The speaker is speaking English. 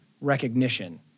recognition